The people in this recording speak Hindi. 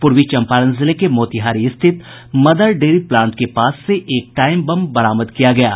पूर्वी चंपारण जिले के मोतिहारी स्थित मदर डेयरी प्लांट के पास से एक टाईम बम बरामद किया गया है